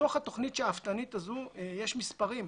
בתוך התוכנית השאפתנית הזאת יש מספרים.